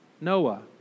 Noah